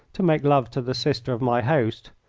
to make love to the sister of my host.